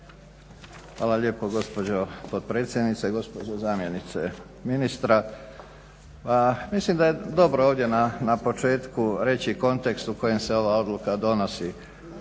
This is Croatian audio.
Hvala lijepo gospođo potpredsjednice, gospođo zamjenice ministra. Pa mislim da je dobro ovdje na početku reći kontekst u kojem se ova odluka donosi.